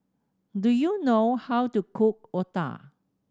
do you know how to cook otah